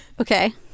Okay